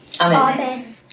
Amen